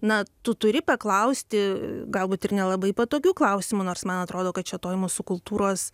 na tu turi paklausti galbūt ir nelabai patogių klausimų nors man atrodo kad čia toj mūsų kultūros